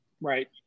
Right